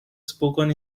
spoken